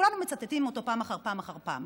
שכולנו מצטטים אותו פעם אחר פעם אחר פעם.